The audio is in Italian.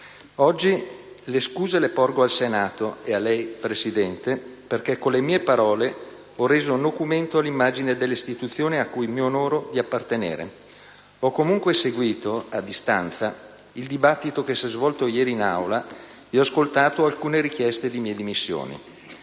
Oggi le scuse le porgo al Senato e a lei, Presidente, perché con le mie parole ho reso nocumento all'immagine dell'istituzione a cui mi onoro di appartenere. Ho comunque seguito a distanza il dibattito che si è svolto ieri in Aula e ho ascoltato alcune richieste di mie dimissioni.